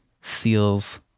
seals